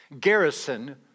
Garrison